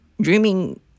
dreaming